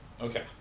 Okay